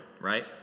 right